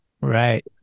Right